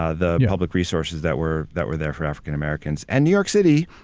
ah the public resources that were, that were there for african americans. and new york city,